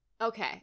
okay